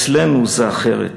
אצלנו זה אחרת.